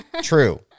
True